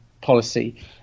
policy